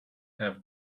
have